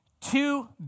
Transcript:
two